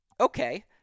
okay